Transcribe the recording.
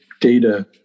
data